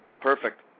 Perfect